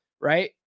right